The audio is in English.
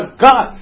God